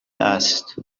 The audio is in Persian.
است